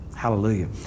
Hallelujah